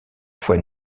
fois